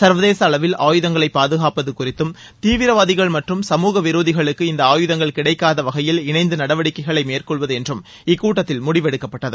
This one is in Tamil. சர்வதேச அளவில் ஆயுதங்களை பாதகாப்பது குறித்தம் தீவிரவாதிகள் மற்றம் சமுக விரோதிகளுக்கு இந்த ஆயுதங்கள் கிடைக்காத வகையில் இணைந்து நடவடிக்கைகளை மேற்கொள்வது என்றும் இக்கூட்டத்தில் முடிவெடுக்கப்பட்டது